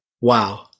Wow